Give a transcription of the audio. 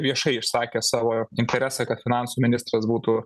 viešai išsakę savo interesą kad finansų ministras būtų